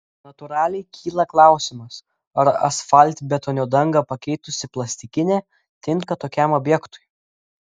natūraliai kyla klausimas ar asfaltbetonio dangą pakeitusi plastikinė tinka tokiam objektui